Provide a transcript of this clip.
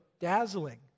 dazzling